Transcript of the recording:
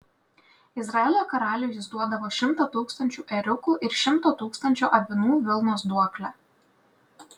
izraelio karaliui jis duodavo šimtą tūkstančių ėriukų ir šimto tūkstančių avinų vilnos duoklę